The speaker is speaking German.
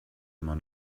immer